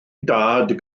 dad